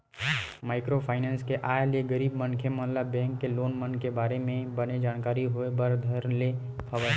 micro finance के आय ले गरीब मनखे मन ल बेंक के लोन मन के बारे म बने जानकारी होय बर धर ले हवय